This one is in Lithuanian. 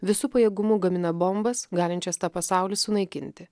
visu pajėgumu gamina bombas galinčias tą pasaulį sunaikinti